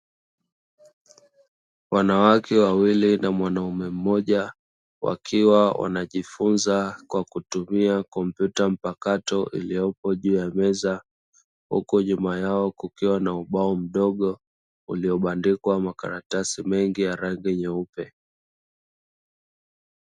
Wanawake wawili na mwanume mmoja, wakiwa wanajifunza kwa kutumia kompyuta mpakato iliyopo juu ya meza. Huku nyuma yao kukiwa na ubao mdogo uliobandikwa makaratasi mengi ya rangi nyeupe.